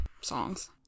songs